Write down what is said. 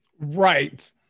Right